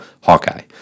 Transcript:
Hawkeye